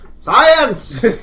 Science